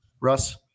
Russ